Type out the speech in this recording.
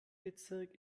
bezirk